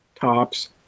tops